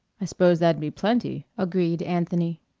i suppose that'd be plenty, agreed anthony.